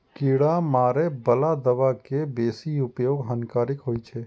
कीड़ा मारै बला दवा के बेसी उपयोग हानिकारक होइ छै